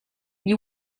gli